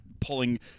pulling